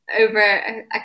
over